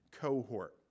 cohort